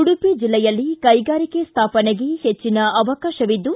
ಉಡುಪಿ ಜಿಲ್ಲೆಯಲ್ಲಿ ಕೈಗಾರಿಕೆ ಸ್ಯಾಪನೆಗೆ ಹೆಚ್ಚಿನ ಅವಕಾಶವಿದ್ದು